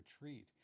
retreat